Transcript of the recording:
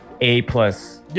A-plus